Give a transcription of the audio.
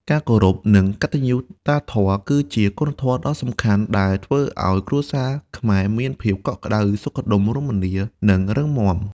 ការគោរព និងកតញ្ញុតាធម៌គឺជាគុណធម៌ដ៏សំខាន់ដែលធ្វើឲ្យគ្រួសារខ្មែរមានភាពកក់ក្តៅ សុខដុមរមនា និងរឹងមាំ។